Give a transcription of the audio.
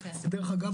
אגב,